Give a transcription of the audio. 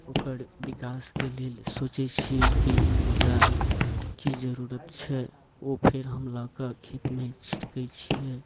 ओकर विकासके लेल सोचैत छियै कि एकरा की जरूरत छै ओ फेर हम लऽ कऽ खेतमे छिड़कैत छियै